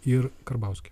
ir karbauskį